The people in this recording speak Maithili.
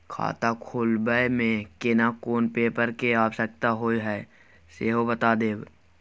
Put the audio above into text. खाता खोलैबय में केना कोन पेपर के आवश्यकता होए हैं सेहो बता देब?